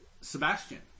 Sebastian